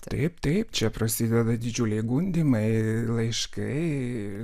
taip taip čia prasideda didžiuliai gundymai laiškai